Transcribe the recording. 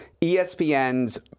ESPN's